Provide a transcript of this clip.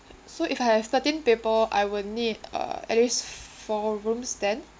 so if I have thirteen people I will need uh at least four rooms then